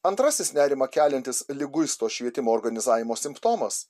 antrasis nerimą keliantis liguisto švietimo organizavimo simptomas